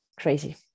crazy